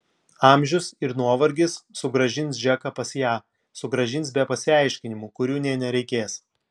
amžius ir nuovargis sugrąžins džeką pas ją sugrąžins be pasiaiškinimų kurių nė nereikės